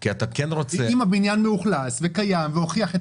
כי אם הבניין מאוכלס וקיים והוכיח את